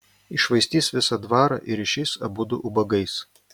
iššvaistys visą dvarą ir išeis abudu ubagais